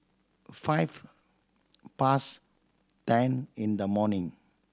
five past ten in the morning